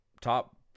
top